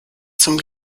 zum